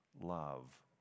love